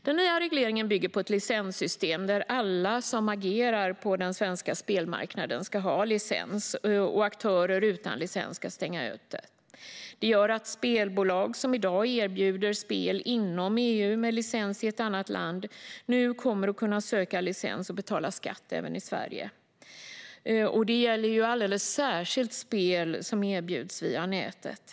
Den nya regleringen bygger på ett licenssystem där alla som agerar på den svenska spelmarknaden ska ha licens, och aktörer utan licens ska stängas ute. Det gör att spelbolag som i dag erbjuder spel inom EU med licens i ett annat land nu kommer att kunna söka licens och betala skatt även i Sverige. Detta gäller ju särskilt spel som erbjuds via nätet.